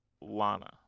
Lana